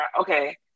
Okay